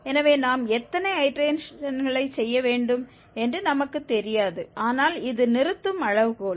எனவே நாம் எத்தனை ஐடேரேஷன்களை செய்ய வேண்டும் என்று நமக்குத் தெரியாது ஆனால் இது நிறுத்தும் அளவுகோல்